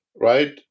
right